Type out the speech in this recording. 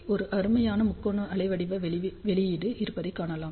ஒரு அருமையான முக்கோண அலைவடிவ வெளியீடு இருப்பதை காணலாம்